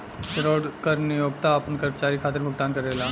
payroll कर नियोक्ता आपना कर्मचारी खातिर भुगतान करेला